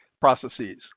processes